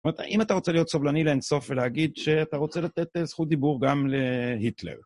זאת אומרת, האם אתה רוצה להיות סובלני לאינסוף ולהגיד שאתה רוצה לתת זכות דיבור גם להיטלר.